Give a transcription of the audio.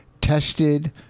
tested